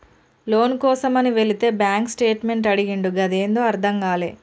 లోను కోసమని వెళితే bank statement అడిగిండు గదేందో అర్థం గాలే